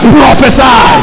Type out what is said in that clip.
Prophesy